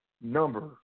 number